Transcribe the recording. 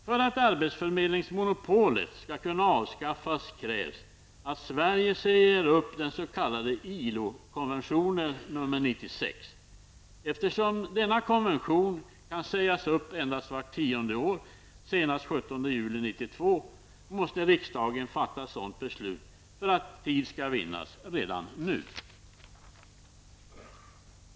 För att arbetsförmedlingsmonopolet skall kunna avskaffas krävs att Sverige säger upp den s.k. ILO konventionen nr 96. Eftersom denna konvention kan sägas upp endast vart tionde år -- senast den 17 juli 1992 -- måste riksdagen fatta sådant beslut -- för att tid skall vinnas -- redan nu.